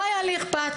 לא היה לי אכפת.